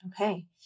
Okay